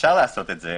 אפשר לעשות את זה.